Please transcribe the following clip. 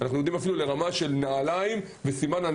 אנחנו אפילו יורדים לרמה של נעליים וסימנים על